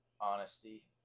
Honesty